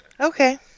Okay